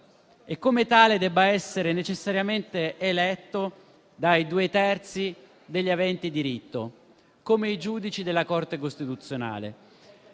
e, come tale, debba essere necessariamente eletto dai due terzi degli aventi diritto, come i giudici della Corte costituzionale.